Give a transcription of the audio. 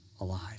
alive